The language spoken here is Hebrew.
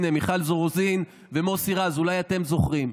הינה, מיכל רוזין ומוסי רז, אולי אתם זוכרים.